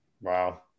Wow